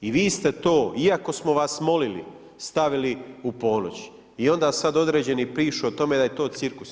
I vi ste to iako smo vas molili stavili u ponoć i onda sada određeni pišu o tome da je to cirkus.